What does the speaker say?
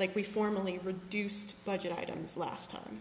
like we formally reduced budget items last time